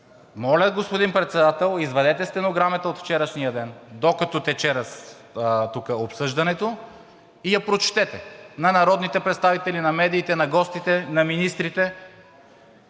Моля, господин Председател, извадете стенограмата от вчерашния ден, докато тече тук обсъждането, и я прочетете на народните представители, на медиите, на гостите, на министрите!